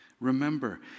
Remember